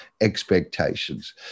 expectations